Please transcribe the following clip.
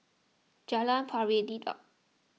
Jalan Pari Dedap